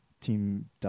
Team